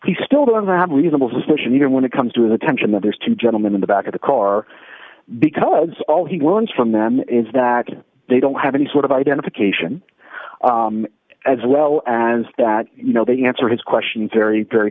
he still doesn't have reasonable suspicion even when it comes to his attention that there's two gentlemen in the back of the car because all he wants from them is that they don't have any sort of identification as well as that you know they answer his question very very